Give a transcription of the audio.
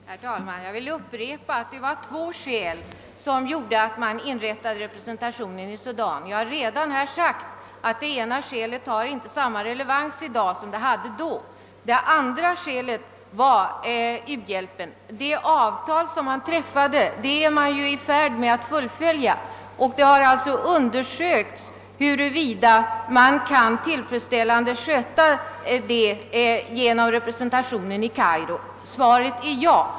Herr talman! Jag vill upprepa att det var två skäl som gjorde att man inrättade representationen i Sudan. Jag har redan sagt att det ena skälet inte har samma relevans i dag som det hade då. Det andra skälet var u-hjälpen. Det avtal som man träffat är man nu i färd med att fullfölja. Det har undersökts, huruvida det kan ske tillfredsställande genom representationen i Kairo. Svaret är ja!